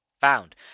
found